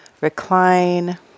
recline